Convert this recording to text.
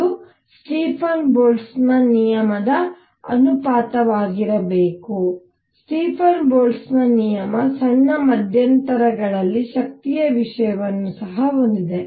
ಅದು Stefan Boltzmann ನಿಯಮದ ಅನುಪಾತವಾಗಿರಬೇಕು ಸ್ಟೀಫನ್ ಬೋಲ್ಟ್ಜ್ಮನ್ ನಿಯಮ ಸಣ್ಣ ಮಧ್ಯಂತರಗಳಲ್ಲಿ ಶಕ್ತಿಯ ವಿಷಯವನ್ನು ಸಹ ಹೊಂದಿದೆ